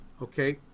Okay